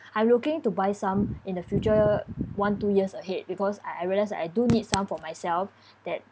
I'm looking to buy some in the future one two years ahead because I I realise that I do need some for myself that